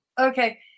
Okay